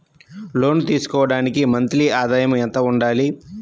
లోను తీసుకోవడానికి మంత్లీ ఆదాయము ఎంత ఉండాలి?